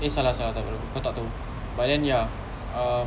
eh salah salah tak tahu kau tak tahu but then ya um